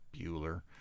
Bueller